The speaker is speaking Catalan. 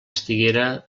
estiguera